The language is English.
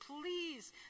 please